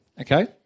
okay